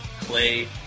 clay